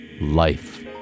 life